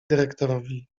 dyrektorowi